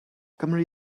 gymri